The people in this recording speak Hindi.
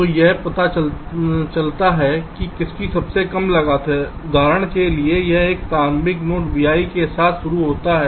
तो यह पता चलता है कि कौन सी सबसे कम लागत है उदाहरण के लिए यह एक प्रारंभिक नोड vi के साथ शुरू होता है